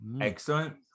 excellent